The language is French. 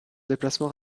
déplacement